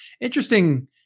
interesting